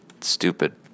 Stupid